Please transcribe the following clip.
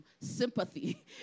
Sympathy